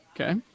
Okay